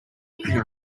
looking